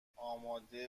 آماده